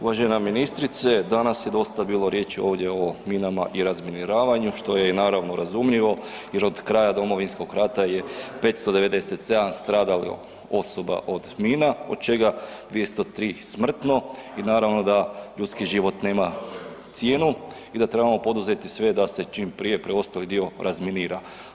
Uvažena ministrice danas je dosta bilo riječi ovdje o minama i razminiravanju što je naravno i razumljivo, jer od kraja Domovinskog rata je 597 stradalo osoba od mina od čega 203 smrtno i naravno da ljudski život nema cijenu i da trebamo poduzeti sve da se čim prije preostali dio razminira.